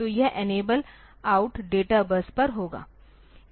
तो यह enable out data bus पर होगा